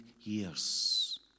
years